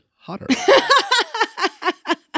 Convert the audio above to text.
hotter